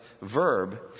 verb